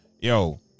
yo